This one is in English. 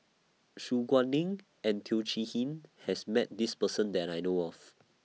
Su Guaning and Teo Chee Hean has Met This Person that I know of